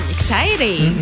Exciting